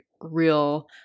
real